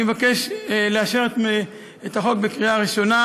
אני מבקש לאשר את הצעת החוק בקריאה ראשונה